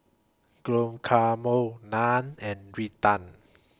Guacamole Naan and Raita